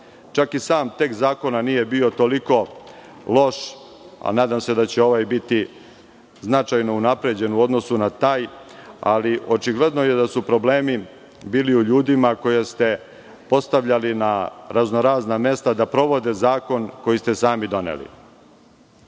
Čak i sam tekst zakona nije bio toliko loš, a nadam se da će ovaj biti značajno unapređen u odnosu na taj. Ali, očigledno je da su problemi bili u ljudima koje ste postavljali na razno-razna mesta da provode zakon koji ste sami doneli. Dakle,